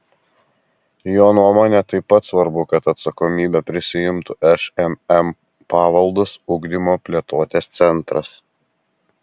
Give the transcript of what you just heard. jo nuomone taip pat svarbu kad atsakomybę prisiimtų šmm pavaldus ugdymo plėtotės centras